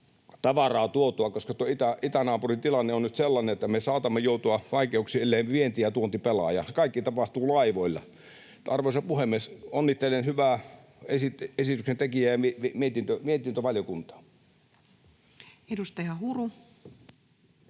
tavaraa tuotua. Tuo itänaapurin tilanne on nyt sellainen, että me saatamme joutua vaikeuksiin, elleivät vienti ja tuonti pelaa, ja kaikki tapahtuu laivoilla. Arvoisa puhemies! Onnittelen hyvän esityksen tekijää ja mietintövaliokuntaa. [Speech 82]